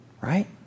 right